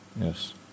Yes